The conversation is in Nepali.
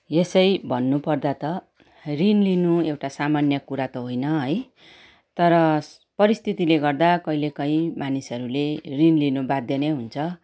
यसै भन्नु पर्दा त ऋण लिनु एउटा सामान्य कुरा त होइन है तर परिस्थितिले गर्दा कहिले काहीँ मानिसहरूले ऋण लिनु बाध्य नै हुन्छ